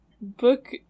book